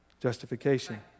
Justification